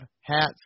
hats